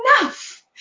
enough